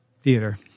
Theater